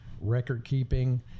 record-keeping